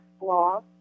law